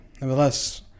Nevertheless